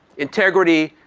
integrity,